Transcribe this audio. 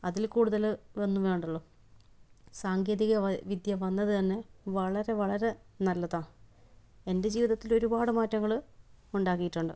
അതില് കുടൂതൽ ഒന്നും വേണ്ടല്ലോ സാങ്കേതിക വിദ്യ വന്നത് തന്നെ വളരെ വളരെ നല്ലതാണ് എന്റെ ജീവിതത്തില് ഒരുപാട് മാറ്റങ്ങൾ ഉണ്ടാക്കിയിട്ടുണ്ട്